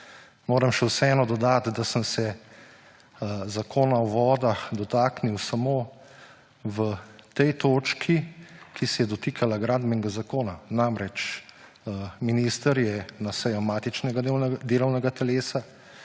Moram še vseeno dodati, da sem se Zakona o vodah dotaknil samo v tej točki, ki se je dotikala Gradbenega zakona. Namreč minister je na sejo matičnega delovnega telesa